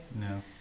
no